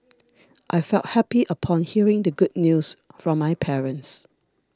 I felt happy upon hearing the good news from my parents